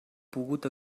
pogut